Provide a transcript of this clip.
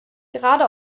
gerade